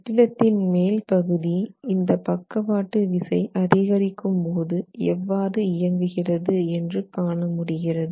கட்டிடத்தின் மேல் பகுதி இந்த பக்கவாட்டு விசை அதிகரிக்கும் போது எவ்வாறு இயங்குகிறது என்று காணமுடிகிறது